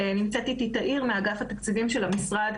נמצאת איתי תאיר מאגף התקציבים של המשרד,